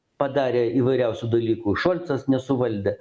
padarė įvairiausių dalykų šolcas nesuvaldė